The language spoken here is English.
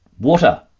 water